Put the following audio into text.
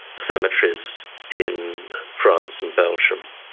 cemeteries in france and belgium,